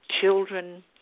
children